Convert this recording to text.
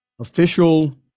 official